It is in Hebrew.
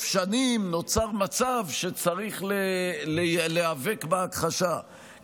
שנים נוצר מצב שבו צריך להיאבק בהכחשה,